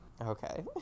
Okay